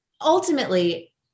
Ultimately